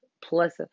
plus